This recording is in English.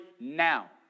now